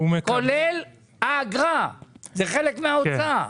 זה חלק מההוצאה.